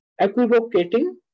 equivocating